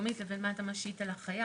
המקומית לבין מה אתה משית על החייב.